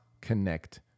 connect